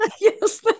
yes